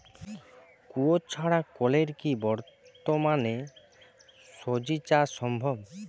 কুয়োর ছাড়া কলের কি বর্তমানে শ্বজিচাষ সম্ভব?